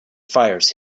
fires